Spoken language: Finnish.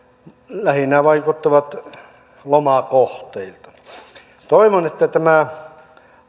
lähinnä vaikuttavat lomakohteilta toivon että tämä